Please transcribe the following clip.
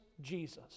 jesus